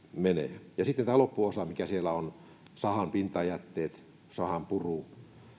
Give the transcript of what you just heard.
menee ja sitten tämä loppuosa mikä siellä on sahan pintajätteet sahanpuru